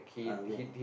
ah okay